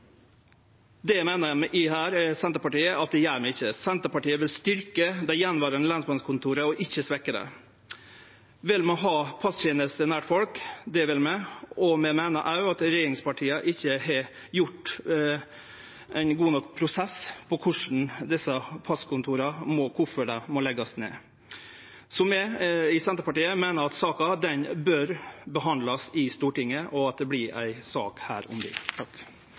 Det meiner vi i Senterpartiet at vi ikkje gjer. Senterpartiet vil styrkje dei attverande lensmannskontora og ikkje svekkje dei. Vi vil ha passtenester nær folk, og vi meiner at regjeringspartia ikkje har hatt ein god nok prosess med omsyn til kvifor desse passkontora må leggjast ned. Vi i Senterpartiet meiner at saka bør behandlast i Stortinget og verte ei sak her om